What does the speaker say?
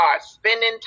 Spending